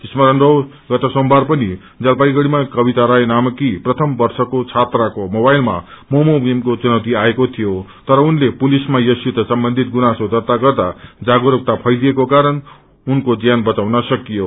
स्मरण रहोस गत सोमबार पनि जलपाईगुङीमा कविता राय नामकी प्रथम वर्षको छात्राको मोबइलमा मोमो गेमक्से चुनौति आएको थियो तर उनले पुलिसमा यससित ससम्बन्धित गुनासो दर्त्ता गर्दा जागस्कता फ्रलिएको कारण उनको ज्यान बचाउन सकियो